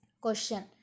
Question